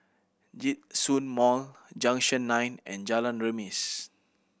Djitsun Mall Junction Nine and Jalan Remis